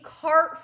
cart